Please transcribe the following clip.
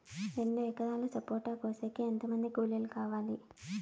రెండు ఎకరాలు సపోట కోసేకి ఎంత మంది కూలీలు కావాలి?